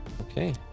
Okay